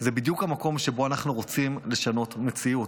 זה בדיוק המקום שבו אנחנו רוצים לשנות מציאות.